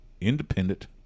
independent